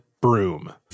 broom